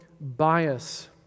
bias